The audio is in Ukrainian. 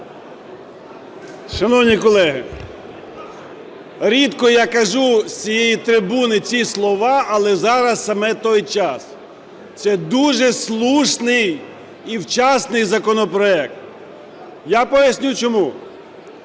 Шановні колеги, рідко я кажу з цієї трибуни ці слова, але зараз саме той час. Це дуже слушний і вчасний законопроект, я поясню чому.